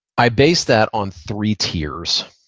i base that on three tiers,